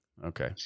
Okay